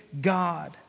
God